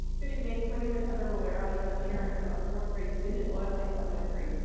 good evening my name is heather muwero and i'm the parent of a fourth grade student at loyal heights elementary.